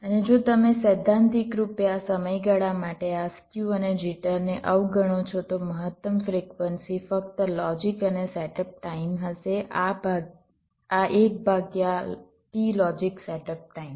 અને જો તમે સૈદ્ધાંતિક રૂપે આ સમયગાળા માટે આ સ્ક્યુ અને જિટરને અવગણો છો તો મહત્તમ ફ્રિક્વન્સી ફક્ત લોજિક અને સેટઅપ ટાઇમ હશે આ 1 ભાગ્યા t લોજિક સેટઅપ ટાઇમ